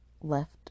left